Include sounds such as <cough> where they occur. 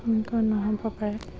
<unintelligible> নহ'ব পাৰে